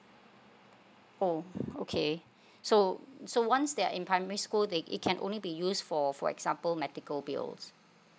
oh okay so so once they are in primary school they it can only be used for for example medical bills